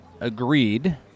agreed